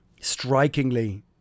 strikingly